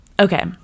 okay